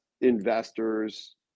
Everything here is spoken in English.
investors